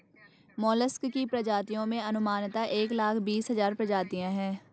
mollusc की प्रजातियों में अनुमानतः एक लाख बीस हज़ार प्रजातियां है